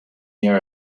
near